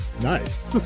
Nice